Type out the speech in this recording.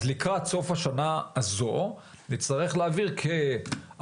אז לקראת סוף השנה הזו נצטרך להעביר כארבעים